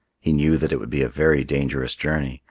he knew that it would be a very dangerous journey,